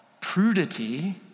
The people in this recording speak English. prudity